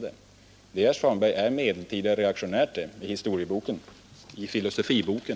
Det är, herr Svanberg, medeltida reaktionärt enligt historieboken och filosofiboken.